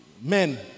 men